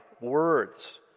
words